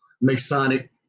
Masonic